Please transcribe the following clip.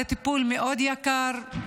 זה טיפול מאוד יקר,